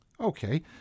Okay